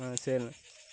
ஆ சரிண்ணே